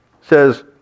says